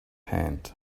hand